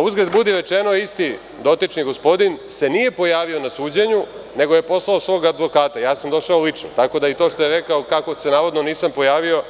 Uzgred budi rečeno, isti dotični gospodin se nije pojavio na suđenju, nego je poslao svog advokata, a ja sam došao lično, tako da i to što je rekao kako se navodno nisam pojavio